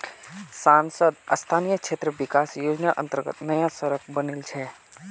सांसद स्थानीय क्षेत्र विकास योजनार अंतर्गत नया सड़क बनील छै